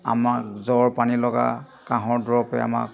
আমাক জ্বৰ পানী লগা কাঁহৰ দৰবে আমাক